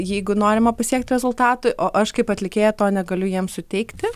jeigu norima pasiekt rezultatų o aš kaip atlikėja to negaliu jiems suteikti